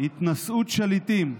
התנשאות שליטים,